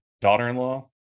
daughter-in-law